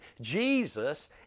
Jesus